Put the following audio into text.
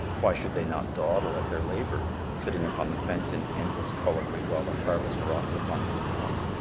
why should they not dawdle at their labor sitting upon the fence in endless colloquy while the harvest rots upon the stalk?